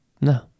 No